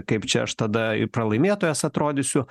kaip čia aš tada pralaimėtojas atrodysiu